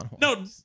No